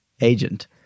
agent